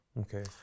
Okay